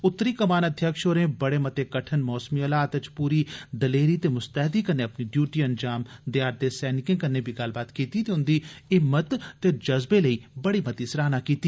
उत्तरी कमान अध्यक्ष होरें बड़े मते कठन मौसमी हालात च पूरी दलेरी ते मुस्तैदी कन्नै अपनी डयूटी अंजाम देआरदे सैनिकें कन्नै बी गल्लबात कीती ते उन्दी हिम्मत ते जज़्बे लेई बड़ी मती सराहना कीती